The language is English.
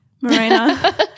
Marina